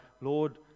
Lord